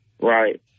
right